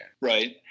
Right